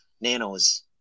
nanos